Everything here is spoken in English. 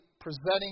presenting